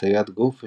הטיות גוף,